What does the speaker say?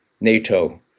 NATO